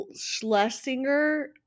schlesinger